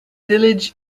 village